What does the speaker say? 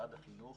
משרד החינוך